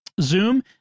Zoom